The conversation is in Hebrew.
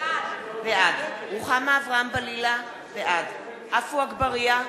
בעד רוחמה אברהם-בלילא, בעד עפו אגבאריה,